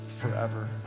forever